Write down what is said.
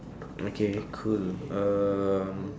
okay cool um